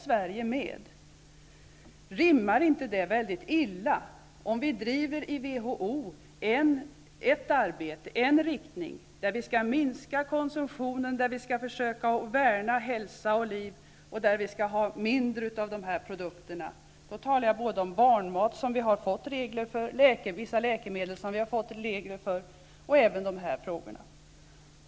Sverige är med där. Vi driver ett arbete i WHO som innebär att vi skall minska konsumtionen och värna hälsa och liv och ha mindre av vissa produkter -- det handlar om barnmat och vissa läkemedel, som vi har fått regler för, och även de produkter vi har diskuterat.